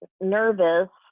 nervous